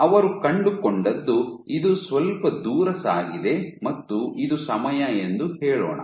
ಅವರು ಕಂಡುಕೊಂಡದ್ದು ಇದು ಸ್ವಲ್ಪ ದೂರ ಸಾಗಿದೆ ಮತ್ತು ಇದು ಸಮಯ ಎಂದು ಹೇಳೋಣ